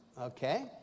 Okay